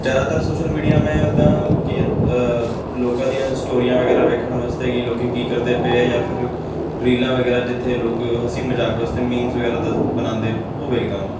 ਜ਼ਿਆਦਾਤਰ social media ਮੈਂ ਉਦਾਂ ਕੀ ਆ ਲੋਕਾਂ ਦੀਆਂ ਸਟੋਰੀਆਂ ਵਗੈਰਾ ਵੇਖਣ ਵਾਸਤੇ ਕਿ ਲੋਕ ਕੀ ਕਰਦੇ ਪਏ ਹੈ ਜਾਂ ਫਿਰ ਰੀਲਾਂ ਵਗੈਰਾ ਜਿੱਥੇ ਲੋਕ ਹਸੀ ਮਜ਼ਾਕ ਵਾਸਤੇ ਮੀਮਸ ਵਗੈਰਾ ਦਸ ਬਣਾਉਂਦੇ ਆ ਉਹ ਵੇਖਦਾ ਹਾਂ